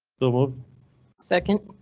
double second.